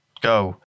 Go